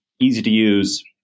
easy-to-use